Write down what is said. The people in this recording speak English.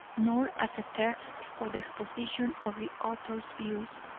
nor as a text for the exposition of the author's views,